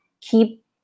keep